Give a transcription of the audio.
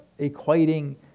equating